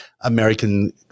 American